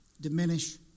diminish